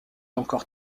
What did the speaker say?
encore